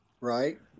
right